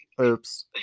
Oops